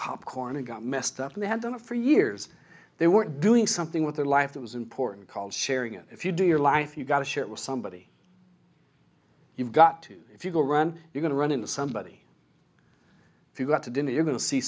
popcorn and got messed up and they had done it for years they were doing something with their life that was important call sharing it if you do your life you've got to share it with somebody you've got to if you go run you're going to run into somebody you've got to dinner you're going to see